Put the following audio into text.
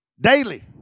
Daily